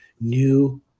new